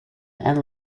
and